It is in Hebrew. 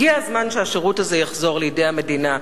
הגיע הזמן שהשירות הזה יחזור לידי המדינה,